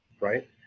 Right